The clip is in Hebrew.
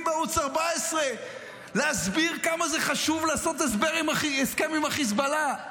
בערוץ 14 להסביר כמה זה חשוב לעשות הסכם עם החיזבאללה,